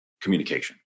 communication